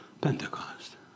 Pentecost